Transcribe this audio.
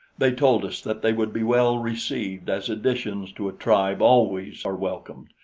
they told us that they would be well received as additions to a tribe always are welcomed,